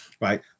Right